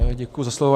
Děkuji za slovo.